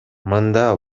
мында